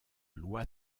loi